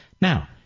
Now